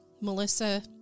melissa